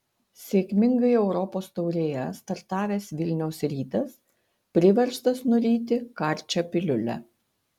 sėkmingai europos taurėje startavęs vilniaus rytas priverstas nuryti karčią piliulę